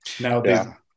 Now